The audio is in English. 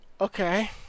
Okay